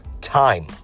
time